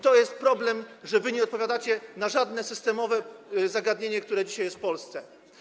To jest problem, że wy nie odpowiadacie na żadne systemowe zagadnienie, które dzisiaj jest w Polsce.